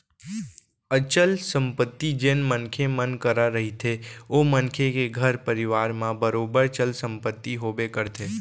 अचल संपत्ति जेन मनखे मन करा रहिथे ओ मनखे के घर परवार म बरोबर चल संपत्ति होबे करथे